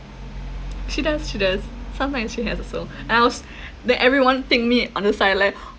she does she does sometimes she has also and I was then everyone take me underside leh